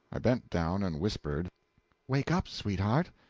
i bent down and whispered wake up, sweetheart!